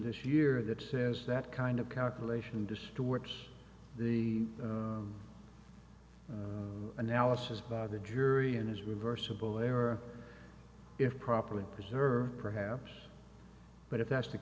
this year that has that kind of calculation distorts the analysis by the jury and is reversible error if properly preserved perhaps but if that's the